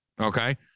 Okay